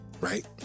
right